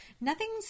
nothing's